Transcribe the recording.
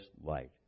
light